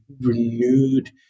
renewed